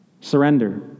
surrender